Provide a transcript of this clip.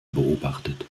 beobachtet